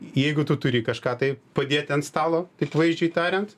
jeigu tu turi kažką tai padėti ant stalo taip vaizdžiai tariant